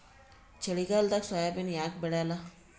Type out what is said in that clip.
ಚಳಿಗಾಲದಾಗ ಸೋಯಾಬಿನ ಯಾಕ ಬೆಳ್ಯಾಲ?